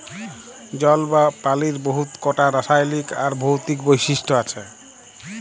জল বা পালির বহুত কটা রাসায়লিক আর ভৌতিক বৈশিষ্ট আছে